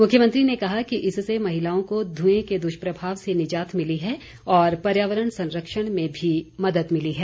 मुख्यमंत्री ने कहा कि इससे महिलाओं को धूंए के दुष्प्रभाव से निजात मिली है और पर्यावरण संरक्षण में भी मदद मिली है